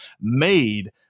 made